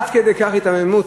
עד כדי כך היתממות?